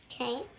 Okay